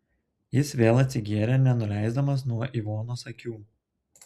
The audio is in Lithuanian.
jis vėl atsigėrė nenuleisdamas nuo ivonos akių